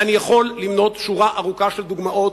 ואני יכול למנות שורה ארוכה של דוגמאות,